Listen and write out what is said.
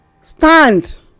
stand